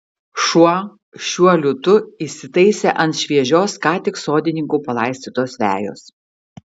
šuo šiuo liūtu įsitaisė ant šviežios ką tik sodininkų palaistytos vejos